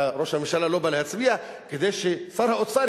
וראש הממשלה לא בא להצביע כדי ששר האוצר